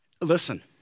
Listen